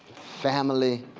family,